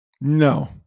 No